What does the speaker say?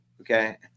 Okay